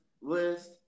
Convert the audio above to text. list